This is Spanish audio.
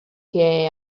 que